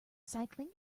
cycling